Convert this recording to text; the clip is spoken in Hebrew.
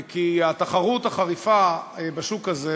כי התחרות החריפה בשוק הזה,